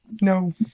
No